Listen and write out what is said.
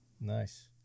Nice